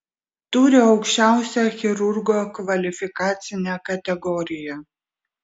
turi aukščiausią chirurgo kvalifikacinę kategoriją